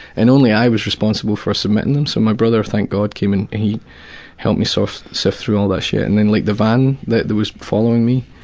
and only i was responsible for submitting them. so my brother, thank god, came and he helped me sort of sift through all that shit. and and like the van, that was following me.